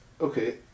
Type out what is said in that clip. Okay